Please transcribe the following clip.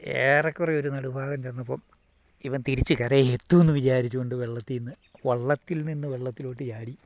ഏറെക്കുറെ ഒരു നടുഭാഗം ചെന്നപ്പോൾ ഇവൻ തിരിച്ച് കര എത്തുമെന്ന് വിചാരിച്ചുകൊണ്ട് വള്ളത്തിൽ നിന്ന് വള്ളത്തിൽ നിന്ന് വെള്ളത്തിലോട്ട് ചാടി